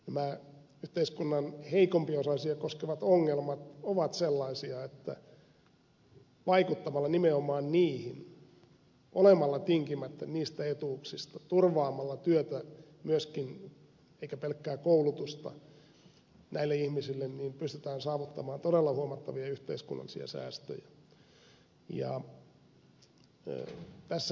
nämä yhteiskunnan heikompiosaisia koskevat ongelmat ovat sellaisia että vaikuttamalla nimenomaan niihin olemalla tinkimättä niistä etuuksista turvaamalla myöskin työtä eikä pelkkää koulutusta näille ihmisille pystytään saavuttamaan todella huomattavia yhteiskunnallisia säästöjä